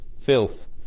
filth